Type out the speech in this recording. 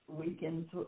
weekends